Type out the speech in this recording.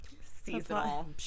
seasonal